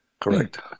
correct